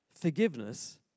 forgiveness